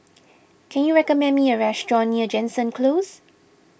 can you recommend me a restaurant near Jansen Close